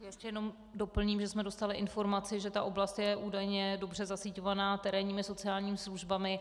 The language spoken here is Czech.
Já ještě jenom doplním, že jsme dostali informaci, že ta oblast je údajně dobře zasíťovaná terénními sociálními službami.